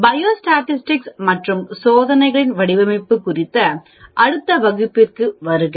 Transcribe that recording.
biostatistics மற்றும் சோதனைகளின் வடிவமைப்பு குறித்த அடுத்த வகுப்பிற்கு வருக